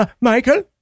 Michael